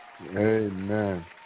Amen